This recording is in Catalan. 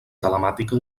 telemàtica